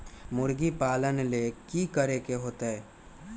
मुर्गी पालन ले कि करे के होतै?